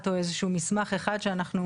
השבתי בעניין הזה בדיוק לאריה קודם.